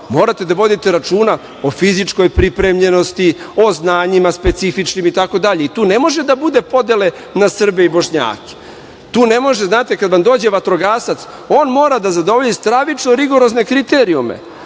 morate da vodite računa o fizičkoj pripremljenosti, o znanjima specifičnim itd. Tu ne može da bude podele na Srbe i Bošnjake, tu ne može. Znate, kad vam dođe vatrogasac, on mora da zadovolji stravično rigorozne kriterijume,